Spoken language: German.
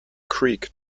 creek